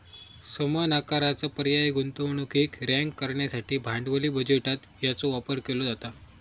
समान आकाराचा पर्यायी गुंतवणुकीक रँक करण्यासाठी भांडवली बजेटात याचो वापर केलो जाता